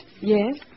Yes